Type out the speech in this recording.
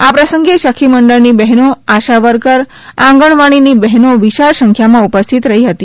આ પ્રસંગે સખી મંડળની બહેનો આશાવર્કર આંગણવાડીની બહેનો વિશાળ સંખ્યામાં ઉપસ્થિત રહી હતી